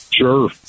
Sure